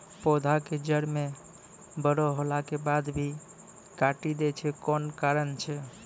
पौधा के जड़ म बड़ो होला के बाद भी काटी दै छै कोन कारण छै?